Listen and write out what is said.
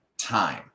Time